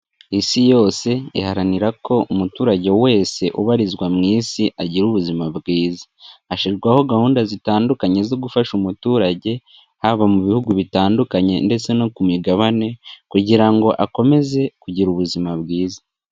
Isi yose iharanira ko umuturage wese ubarizwa mu isi agira ubuzima bwiza. Hashyirwaho gahunda zitandukanye zo gufasha umuturage, haba mu bihugu bitandukanye ndetse no ku migabane kugira ngo akomeze kugira ubuzima bwiza.